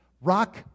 Rock